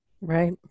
Right